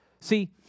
See